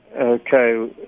Okay